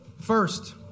First